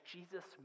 Jesus